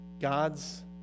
God's